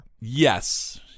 Yes